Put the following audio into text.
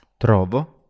Trovo